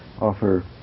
offer